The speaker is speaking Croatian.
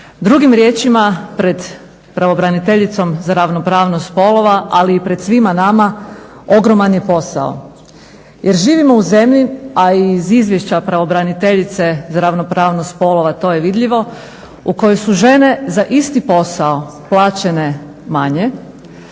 Drugim riječima pred pravobraniteljicom za ravnopravnost spolova ali i pred svima nama ogroman je posao. Jer živimo u zemlji, a iz izvješća pravobraniteljice za ravnopravnost spolova to je vidljivo u kojoj su žene za isti posao plaćene manje,